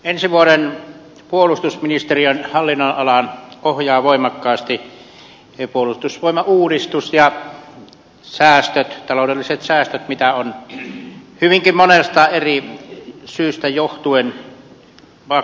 ensi vuoden puolustusministeriön hallinnonalaa ohjaavat voimakkaasti puolustusvoimauudistus ja taloudelliset säästöt joita on hyvinkin monesta eri syystä johtuen pakko tehdä